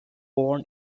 born